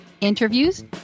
interviews